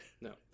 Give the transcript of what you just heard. No